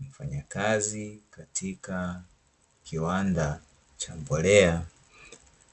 Mfanyakazi katika kiwanda cha mbolea